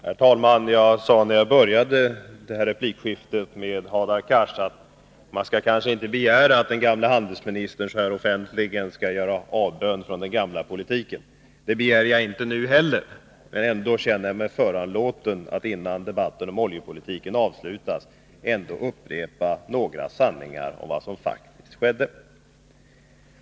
Herr talman! Jag sade i min första replik till Hadar Cars att man kanske inte kunde begära att den gamle handelsministern offentligt skulle göra avbön för den förda politiken. Det begär jag inte nu heller, men ändå känner jag mig föranlåten att innan debatten om oljepolitiken avslutas upprepa några sanningar om vad som faktiskt skedde.